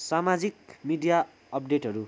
सामाजिक मिडिया अपडेटहरू